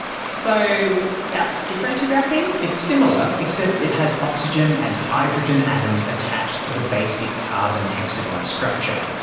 so, that's different to graphene? it's similar, except it has oxygen and hydrogen atoms attached to the basic carbon hexagon structure.